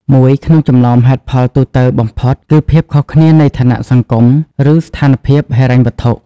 មួយក្នុងចំណោមហេតុផលទូទៅបំផុតគឺភាពខុសគ្នានៃឋានៈសង្គម ឬស្ថានភាពហិរញ្ញវត្ថុ។